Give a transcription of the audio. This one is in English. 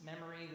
memory